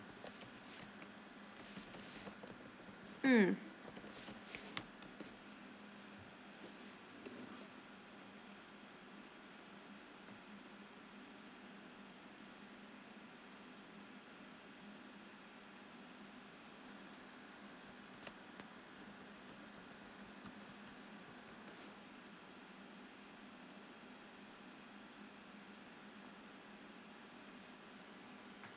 mm